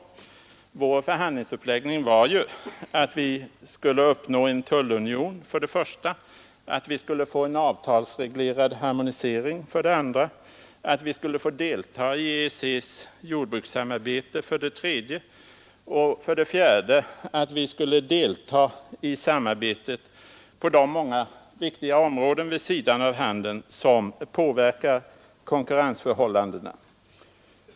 Sveriges förhandlingsuppläggning var ju den att vi för det första skulle uppnå en tullunion, för det andra skulle få en avtalsreglerad harmonisering, för det tredje skulle få delta i EEC:s jordbrukssamarbete och för det fjärde skulle få delta i samarbetet på de många viktiga områden vid sidan av handeln som påverkar konkurrensförhållandena.